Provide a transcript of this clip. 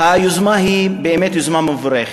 היוזמה היא באמת יוזמה מבורכת,